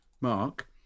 Mark